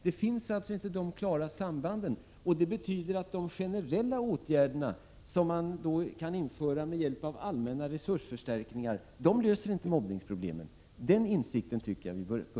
De klara sambanden finns alltså inte, och det betyder att de generella åtgärder som man kan vidta med hjälp av allmänna resursförstärkningar inte löser mobbningsproblemen. Den insikten tycker jag man bör ha.